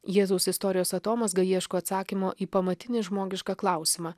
jėzaus istorijos atomazga ieško atsakymo į pamatinį žmogišką klausimą